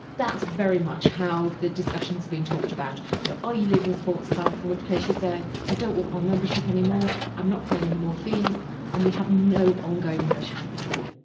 that's very much how the discussions have been talked about. you know, are you leaving a sports club, in which case you say i don't want my membership anymore, i'm not paying any more fees and we have no ongoing relationship at all.